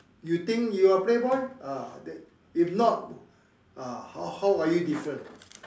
you think you are playboy ah then if not ah how how are you different